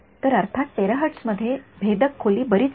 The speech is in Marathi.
तर अर्थातच टेरहर्ट्झमध्ये भेदक खोली बरीच कमी आहे